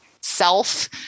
self